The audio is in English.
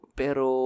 pero